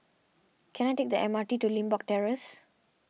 can I take the M R T to Limbok Terrace